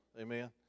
Amen